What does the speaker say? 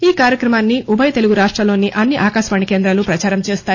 ఈ కార్యక్రమాన్సి ఉభయ తెలుగు రాష్టాల్లోని అన్ని ఆకాశవాణి కేంద్రాలు ప్రసారం చేస్తాయి